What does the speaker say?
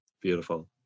Beautiful